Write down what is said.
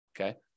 okay